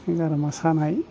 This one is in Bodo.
गारामा सानाय